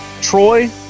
Troy